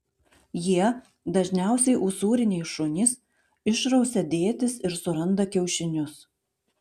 jie dažniausiai usūriniai šunys išrausia dėtis ir suranda kiaušinius